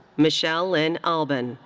michelle lynn alban,